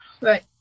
Right